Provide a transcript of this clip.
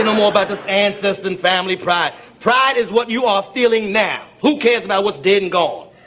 and more about this ancef than family pride. pride is what you are feeling now. who cares about what's dead and gone?